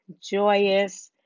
joyous